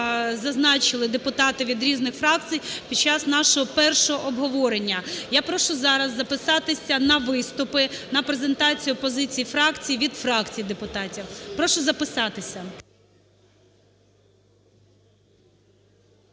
зазначили депутати від різних фракцій під час нашого першого обговорення. Я прошу зараз записатися на виступи, на презентацію позицій фракцій від фракцій депутатів. Прошу записатися.